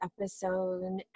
episode